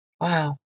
Wow